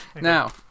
Now